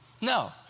No